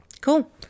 Cool